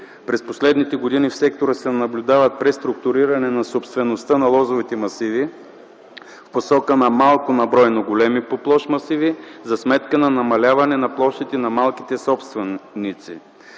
През последните години в сектора се наблюдава преструктуриране на собствеността на лозовите масиви в посока на малко на брой, но големи по площ масиви, за сметка на намаляване на площите на малките собственици.